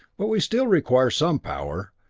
but we still require some power.